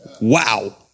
Wow